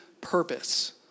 purpose